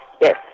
yes